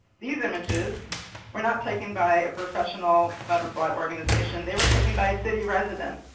these images were not taken by a professional butterfly organization. they were taken by city residents,